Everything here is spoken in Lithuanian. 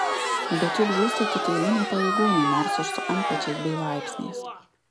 bet juk žūsta tik eiliniai pareigūnai nors ir su antpečiais bei laipsniais